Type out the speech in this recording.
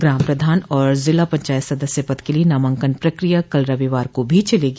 ग्राम प्रधान और जिला पंचायत सदस्य पद के लिये नामांकन प्रक्रिया कल रविवार को भी चलेगी